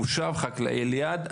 מושב חקלאי ליד,